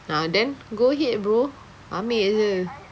ah then go ahead bro ambil jer